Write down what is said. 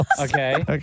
Okay